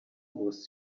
was